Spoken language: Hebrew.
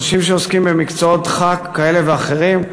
אנשים שעוסקים במקצועות דחק כאלה ואחרים.